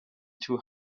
two